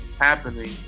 happening